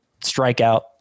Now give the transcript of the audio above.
strikeout